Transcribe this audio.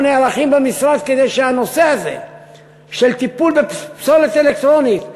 נערכים במשרד כדי שהנושא הזה של טיפול בפסולת אלקטרונית,